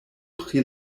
pri